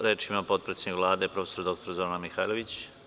Reč ima potpredsednik Vlade prof. dr Zorana Mihajlović.